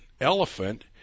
elephant